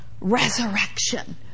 resurrection